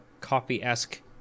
coffee-esque